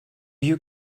you